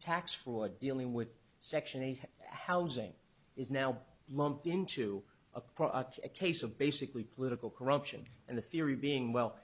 tax fraud dealing with section eight housing is now lumped into a project case of basically political corruption and the theory being well